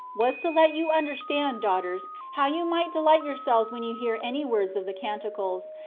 was to let you understand, daughters, how you might delight yourselves when you hear any words of the canticles,